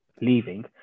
leaving